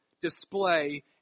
display